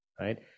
right